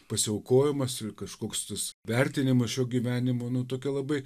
pasiaukojimas kažkoks tas vertinimas šio gyvenimo nu tuokia labai